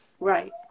Right